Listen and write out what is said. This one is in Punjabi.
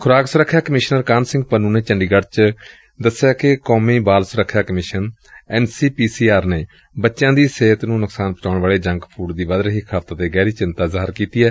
ਖੁਰਾਕ ਸੁਰੱਖਿਆ ਕਮਿਸ਼ਨਰ ਕਾਹਨ ਸਿੰਘ ਪੰਨੂ ਨੇ ਚੰਡੀਗੜ੍ਹ ਚ ਦਸਿਆ ਕਿ ਕੌਮੀ ਬਾਲ ਸੁਰੱਖਿਆ commission M C P C R ਨੇ ਬਚਿਆਂ ਦੀ ਸਿਹਤ ਨੇ ਨੁਕਸਾਨ ਪੁਚਾਉਣ ਵਾਲੇ ਜੰਕ ਫੁਡ ਦੀ ਵਧ ਰਹੀ ਖਪਤ ਗਹਿਰੀ ਚਿਤਾ ਪ੍ਗਟ ਕੀਤੀ ਏ